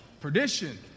perdition